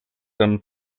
some